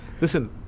listen